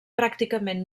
pràcticament